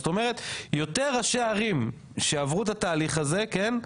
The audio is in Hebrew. זאת אומרת יותר ראשי ערים שעברו את התהליך הזה כן?